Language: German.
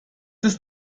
ist